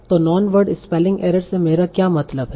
तो non word spelling error से मेरा क्या मतलब है